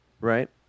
right